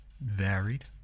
varied